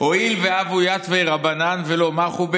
"הואיל והוו יתבי רבנן ולא מחו ביה,